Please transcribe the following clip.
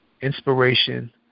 inspiration